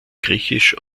griechisch